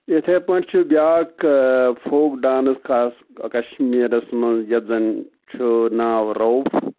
یِتھَے پٲٹھۍ چھُ بیٛاکھ فوک ڈانٕس خاص کَشمیٖرَس منٛز یَتھ زَن چھُ ناو روف